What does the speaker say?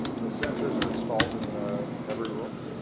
the sensors are installed in every room?